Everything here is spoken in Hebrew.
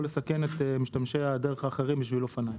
לסכן את משתמשי הדרך האחרים בשביל אופניים.